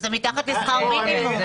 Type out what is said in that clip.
זה מתחת לשכר מינימום.